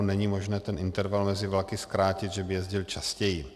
Není možné ten interval mezi vlaky zkrátit, že by jezdil častěji.